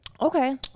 Okay